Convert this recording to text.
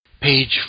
page